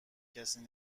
کسی